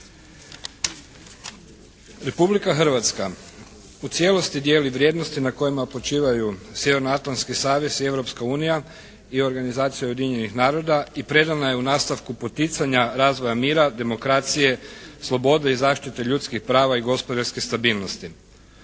Republika Hrvatska u cijelosti dijeli vrijednosti na kojima počivaju Sjevernoatlantski savez i Europska unija i organizacija Ujedinjenih naroda i predana je u nastavku poticanja razvoja mira, demokracije, slobode i zaštite ljudskih prava i gospodarskih stabilnosti.